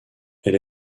elle